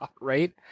Right